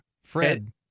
Fred